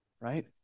right